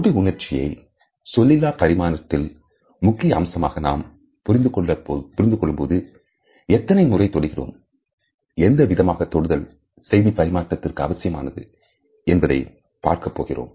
தொடு உணர்ச்சியை சொல்லிலா பரிமாணத்தில் முக்கிய அம்சமாக நாம் புரிந்து கொள்ளும்போது எத்தனை முறை தொடுகிறோம் எந்தவிதமான தொடுதல் செய்தி பரிமாற்றத்திற்கு அவசியமாகிறது என்பதை பார்க்கப்போகிறோம்